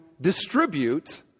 distribute